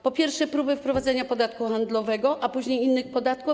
Po pierwsze, próby wprowadzenia podatku handlowego, a później innych podatków.